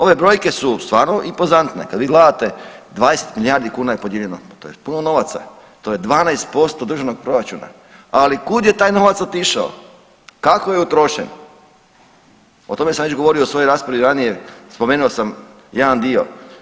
Ove brojke su stvarno impozantne, kad vi gledate 20 milijardi kuna je podijeljeno, to je puno novaca, to je 12% državnog proračuna, ali kud je taj novac otišao, kako je utrošen, o tome sam već govorio u svojoj raspravi ranije, spomenuo sam jedan dio.